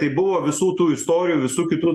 tai buvo visų tų istorijų visų kitų